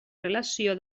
relació